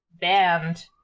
band